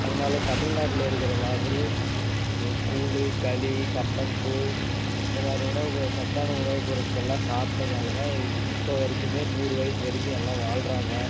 அதனால் தமிழ்நாட்டில் இருக்கிற மாதிரி கூழு களி கம்பங்கூழ் இந்த மாதிரி உணவு பொ சத்தான உணவு பொருட்கள்லாம் சாப்பிட்டதுனால தான் இது இப்போ வரைக்குமே நூறு வயசு வரைக்கும் எல்லாம் வாழ்கிறாங்க